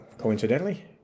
coincidentally